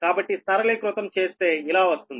కాబట్టి సరళీకృతం చేస్తే ఇలా వస్తుంది